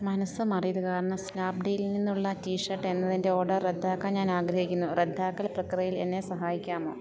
മനസ്സ് മാറിയത് കാരണം സ്നാപ്ഡീലിൽ നിന്നുള്ള ടി ഷർട്ട് എന്നതിൻ്റെ ഓർഡർ റദ്ദാക്കാൻ ഞാനാഗ്രഹിക്കുന്നു റദ്ദാക്കൽ പ്രക്രിയയിൽ എന്നെ സഹായിക്കാമോ